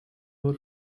over